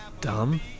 dumb